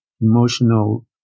emotional